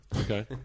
Okay